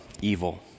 evil